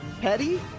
petty